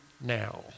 now